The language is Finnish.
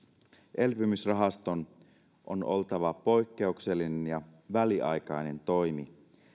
elpymisrahaston on oltava poikkeuksellinen ja väliaikainen toimi